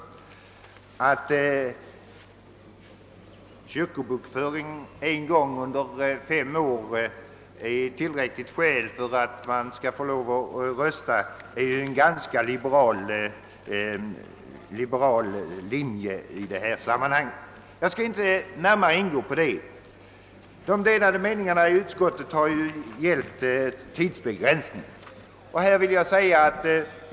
Det faktum att kyrkobokföring någon gång under de senaste fem åren räcker för att erhålla rösträtt utgör en ganska liberal förutsättning. Jag skall inte närmare gå in på det. Det är beträffande tidsbegränsningen som meningarna i utskottet varit delade.